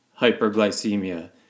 hyperglycemia